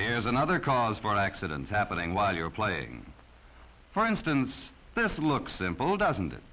there's another cause for accidents happening while you're playing for instance this looks simple doesn't it